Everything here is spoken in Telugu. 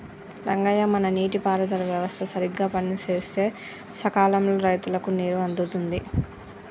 రంగయ్య మన నీటి పారుదల వ్యవస్థ సరిగ్గా పనిసేస్తే సకాలంలో రైతులకు నీరు అందుతుంది